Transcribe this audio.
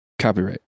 Copyright